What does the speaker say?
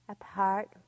apart